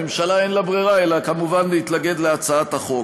לממשלה אין ברירה אלא כמובן להתנגד להצעת החוק.